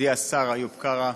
ידידי השר איוב קרא,